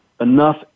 enough